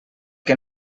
que